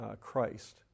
Christ